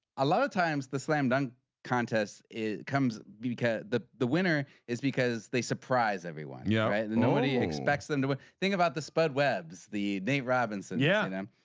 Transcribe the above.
a lot of times the slam dunk contests it comes because the the winner is because they surprise everyone yeah you know and he expects them to win. thing about the spud webs the nate robinson. yeah yeah.